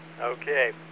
Okay